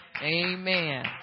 Amen